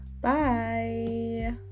Bye